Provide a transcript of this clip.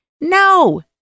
No